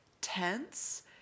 tense